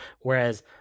whereas